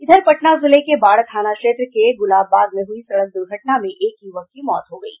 इधर पटना जिले के बाढ़ थाना क्षेत्र के गुलाबबाग में हुई सड़क दुर्घटना में एक युवक की मौत हो गयी